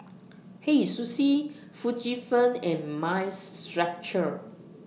Hei Sushi Fujifilm and Mind Stretcher